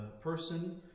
person